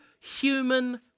human